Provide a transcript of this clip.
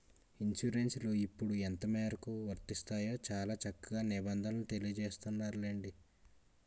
ఇన్సురెన్సులు ఎప్పుడు ఎంతమేరకు వర్తిస్తాయో చాలా చక్కగా నిబంధనలు తెలియజేస్తున్నాయిలెండి